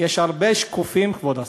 יש הרבה שקופים, כבוד השר.